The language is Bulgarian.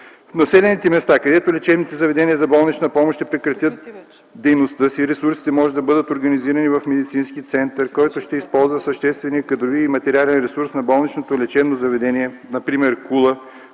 В населените места, където лечебните заведения за болнична помощ ще прекратят дейността си, ресурсите могат да бъдат организирани в Медицински център, който ще използва съществения кадрови и материален ресурс на болничното лечебно заведение, например –